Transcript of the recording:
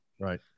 Right